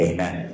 Amen